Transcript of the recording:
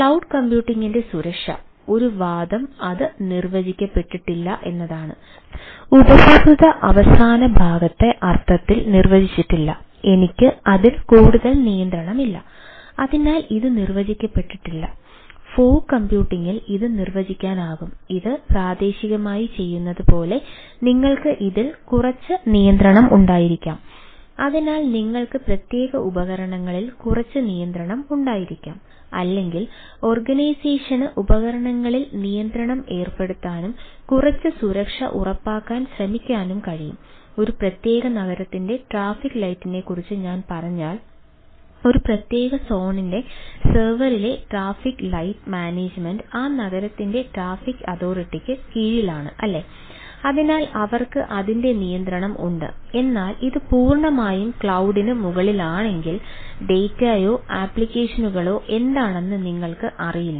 cloud കമ്പ്യൂട്ടിംഗിളോ എന്താണെന്ന് നിങ്ങൾക്ക് അറിയില്ല